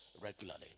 regularly